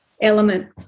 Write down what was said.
element